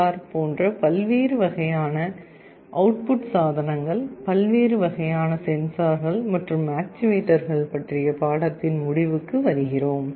R போன்ற பல்வேறு வகையான அவுட்புட் சாதனங்கள் பல்வேறு வகையான சென்சார்கள் மற்றும் ஆக்சுவேட்டர்கள் பற்றிய பாடத்தின் முடிவுக்கு வருகிறோம்